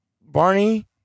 Barney